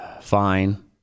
Fine